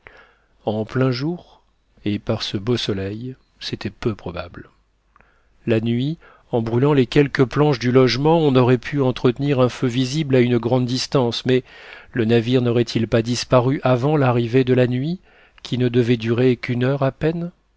en plein jour et par ce beau soleil c'était peu probable la nuit en brûlant les quelques planches du logement on aurait pu entretenir un feu visible à une grande distance mais le navire n'aurait-il pas disparu avant l'arrivée de la nuit qui ne devait durer qu'une heure à peine